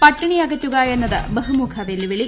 പട്ടിണി അകറ്റുക എ്ന്നത് ബഹുമുഖ വെല്ലുവിളി